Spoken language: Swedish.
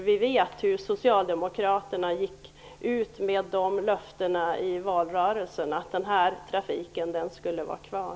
Vi vet ju att Socialdemokraterna gick ut med löftet i valrörelsen att den här trafiken skulle vara kvar.